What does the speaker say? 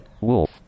Wolf